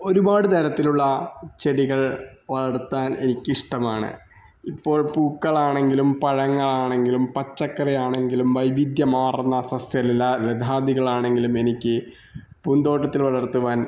ഒരുപാടുതരത്തിലുള്ള ചെടികള് വളര്ത്താന് എനിക്കിഷ്ടമാണ് ഇപ്പോള് പൂക്കളാണെങ്കിലും പഴങ്ങളാണെങ്കിലും പച്ചക്കറിയാണെങ്കിലും വൈവിധ്യമാര്ന്ന സസ്യലല ലദാ താദികളാണെങ്കിലും എനിക്ക് പൂന്തോട്ടത്തില് വളര്ത്തുവാന്